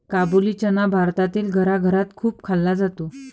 काबुली चना भारतातील घराघरात खूप खाल्ला जातो